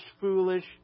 foolish